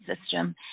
system